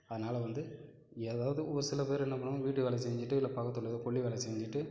அதனாலே வந்து ஏதாவது ஒருசில பேர் என்ன பண்ணுவாங்க வீட்டு வேலை செஞ்சுட்டு இல்லை பக்கத்தில் ஏதோ கொள்ளி வேலை செஞ்சுட்டு